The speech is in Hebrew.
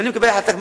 אם אני מקבל החלטה,